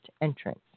entrance